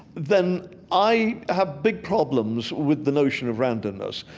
then i have big problems with the notion of randomness.